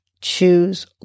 choose